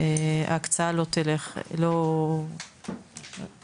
שהקצאה לא תהיה השנה,